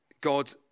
God